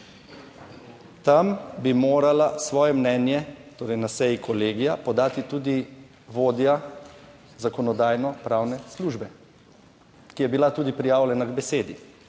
Tam bi morala svoje mnenje torej na seji kolegija podati tudi vodja Zakonodajno-pravne službe, ki je bila tudi prijavljena k besedi.